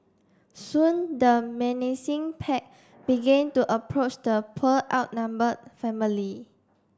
soon the menacing pack began to approach the poor outnumbered family